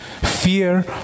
fear